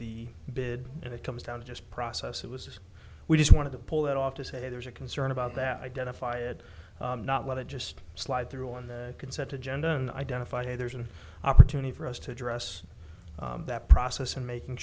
the bid and it comes down to just process it was just we just wanted to pull that off to say there's a concern about that identify it not let it just slide through and they can set agenda and identify hey there's an opportunity for us to address that process and making